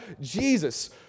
Jesus